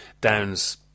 downs